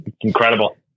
incredible